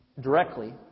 directly